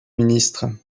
ministre